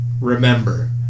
remember